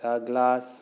ꯆꯥ ꯒ꯭ꯂꯥꯁ